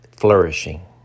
flourishing